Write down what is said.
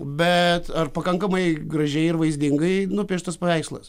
bet ar pakankamai gražiai ir vaizdingai nupieštas paveikslas